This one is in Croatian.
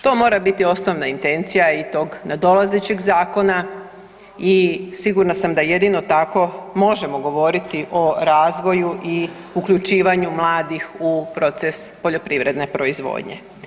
To mora biti osnovna intencija i tog nadolazećeg zakona i sigurna sam da jedino tako možemo govoriti o razvoju i uključivanju mladih u proces poljoprivredne proizvodnje.